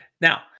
Now